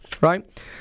right